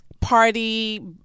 party